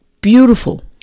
Beautiful